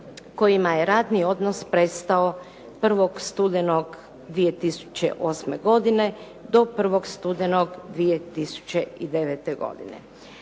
kojima je radni odnos prestao 1. studenog 2008. godine do 1. studenog 2009. godine.